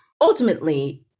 ultimately